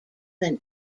than